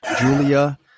julia